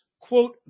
quote